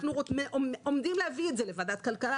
אנחנו עומדים להביא את זה לוועדת הכלכלה,